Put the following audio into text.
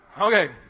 Okay